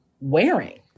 wearing